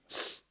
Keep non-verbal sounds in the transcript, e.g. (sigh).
(noise)